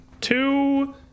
two